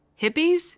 Hippies